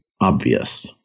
obvious